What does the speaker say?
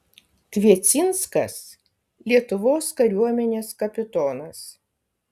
kviecinskas lietuvos kariuomenės kapitonas